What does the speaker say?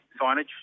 signage